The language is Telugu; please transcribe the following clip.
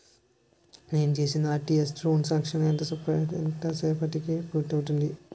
నేను చేసిన ఆర్.టి.జి.ఎస్ త్రణ్ సాంక్షన్ ఎంత సేపటికి పూర్తి అవుతుంది?